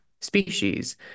species